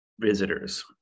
visitors